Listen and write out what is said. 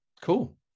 Cool